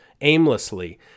aimlessly